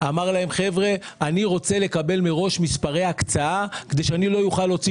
אמר להם שאני רוצה לקבל מראש מספרי הקצאה כדי שאני לא אוכל להוציא